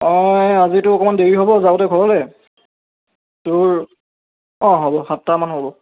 অঁ আজিতো অকণমান দেৰি হ'ব যাওঁতে ঘৰলৈ তোৰ অঁ হ'ব সাতটামান হ'ব